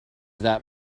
that